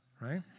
right